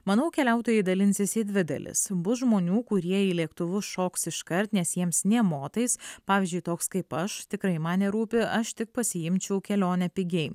manau keliautojai dalinsis į dvi dalis bus žmonių kurie į lėktuvus šoks iškart nes jiems nė motais pavyzdžiui toks kaip aš tikrai man nerūpi aš tik pasiimčiau kelionę pigiai